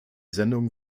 sendung